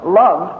love